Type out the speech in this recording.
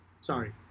Sorry